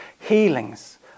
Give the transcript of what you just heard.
Healings